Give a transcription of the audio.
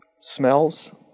smells